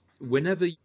whenever